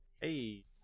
Hey